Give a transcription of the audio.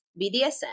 BDSM